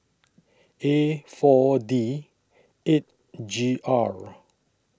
A four D eight G R